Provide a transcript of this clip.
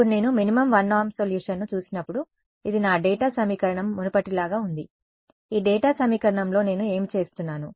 ఇప్పుడు నేను minimum 1 norm సొల్యూషన్ను చూసినప్పుడు ఇది నా డేటా సమీకరణం మునుపటిలాగా ఉంది ఈ డేటా సమీకరణంలో నేను ఏమి చేస్తున్నాను